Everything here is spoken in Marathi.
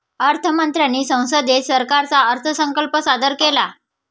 अर्थ मंत्र्यांनी संसदेत सरकारचा अर्थसंकल्प सादर केला